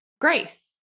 Grace